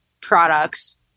products